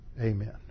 Amen